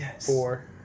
four